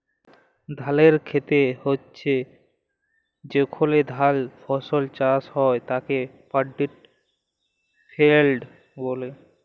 ধালের খেত হচ্যে যেখলে ধাল ফসল চাষ হ্যয় তাকে পাড্ডি ফেইল্ড ব্যলে